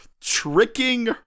tricking